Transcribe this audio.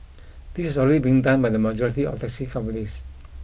this is already being done by the majority of taxi companies